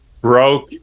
broke